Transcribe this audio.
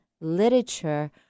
literature